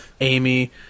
Amy